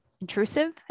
Intrusive